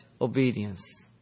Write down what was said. obedience